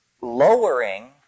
lowering